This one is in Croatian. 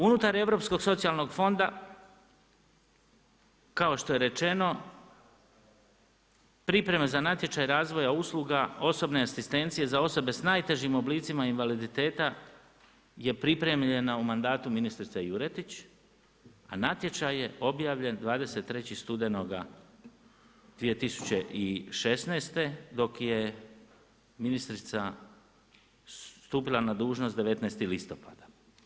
Unutar europskog socijalnog fonda kao što je rečeno, pripreme za natječaj razvoja usluga, osobne asistencije za osobe s najtežim oblicima invaliditeta je pripremljena u mandatu ministrice Juretič, a natječaj je obavljen 23.studenoga.2016. dok je ministrica stupila na dužnost 19.10.